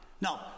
No